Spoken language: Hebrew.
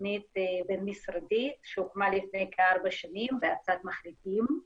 תוכנית בין משרדית שהוקמה לפני כארבע שנים בהצעת מחליטים.